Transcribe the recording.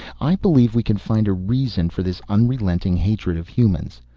i believe we can find a reason for this unrelenting hatred of humans.